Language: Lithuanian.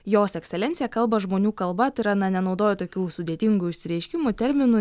jos ekscelencija kalba žmonių kalba tai yra na nenaudojo tokių sudėtingų išsireiškimų terminų